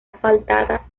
asfaltada